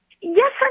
Yes